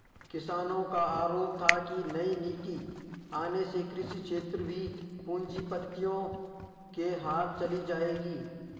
किसानो का आरोप था की नई नीति आने से कृषि क्षेत्र भी पूँजीपतियो के हाथ चली जाएगी